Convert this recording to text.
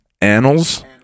annals